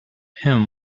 him